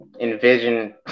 envision